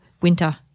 winter